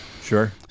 Sure